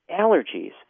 allergies